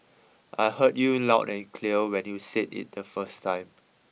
I heard you loud and clear when you said it the first time